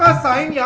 ah side. yeah